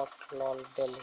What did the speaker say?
অট লল ব্যলে